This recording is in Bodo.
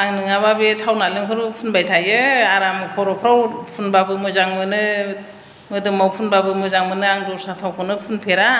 आं नङाबा बे थाव नालेंखरखौ फुनबाय थायो आराम खर'फ्राव फुनबाबो मोजां मोनो मोदोमाव फुनबाबो मोजां मोनो आं दस्रा थावखौनो फुनफेरा